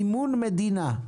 מימון מדינה,